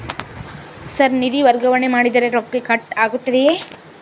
Sir ನಿಧಿ ವರ್ಗಾವಣೆ ಮಾಡಿದರೆ ರೊಕ್ಕ ಕಟ್ ಆಗುತ್ತದೆಯೆ?